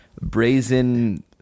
brazen